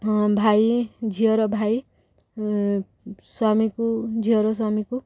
ହଁ ଭାଇ ଝିଅର ଭାଇ ସ୍ୱାମୀକୁ ଝିଅର ସ୍ୱାମୀକୁ